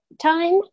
time